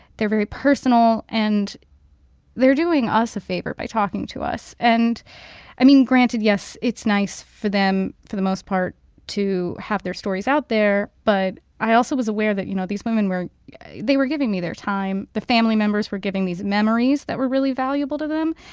they're very personal. and they're doing us a favor by talking to us. and i mean, granted, yes, it's nice for them. for the most part to have their stories out there. but i also was aware that, you know, these women were they were giving me their time. the family members were giving these memories that were really valuable to them.